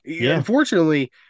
Unfortunately